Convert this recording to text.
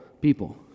people